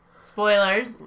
Spoilers